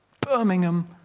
Birmingham